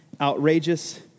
outrageous